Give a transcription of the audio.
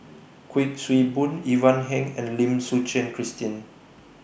Kuik Swee Boon Ivan Heng and Lim Suchen Christine